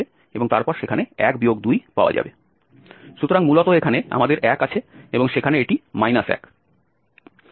সুতরাং মূলত এখানে আমাদের 1 আছে এবং সেখানে এটি 1